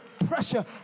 Pressure